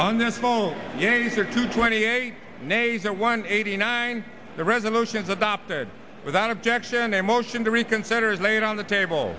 on this phone yankees are two twenty eight nays are one eighty nine the resolutions adopted without objection a motion to reconsider is laid on the table